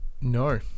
No